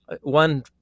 One